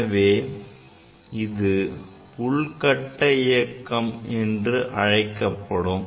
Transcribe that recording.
எனவே இது உள்கட்ட இயக்கம் என அழைக்கப்படும்